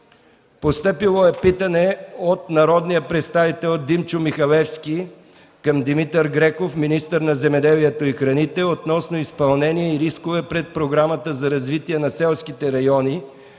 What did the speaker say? до 15 юли 2013 г.; - народният представител Димчо Михалевски към Димитър Греков – министър на земеделието и храните, относно изпълнение и рискове пред Програмата за развитие на селските райони